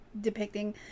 depicting